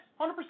100%